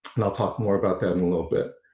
and i'll talk more about that in a little bit,